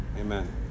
Amen